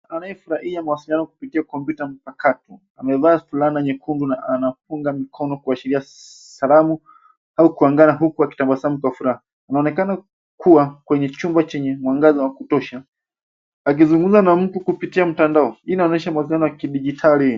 Anayefurahia mawasiliano kupitia kompyuta mpakato. Amevaa fulana nyekundu na anafunga mkono kuashiria salamu au kuangana huku akitabasamu kwa furaha. Anaonekana kuwa kwenye chumba chenye mwangaza wa kutosha, akizungumza na mtu kupitia mtandao. Hii inaonyesha mawasilianao ya kidigitali.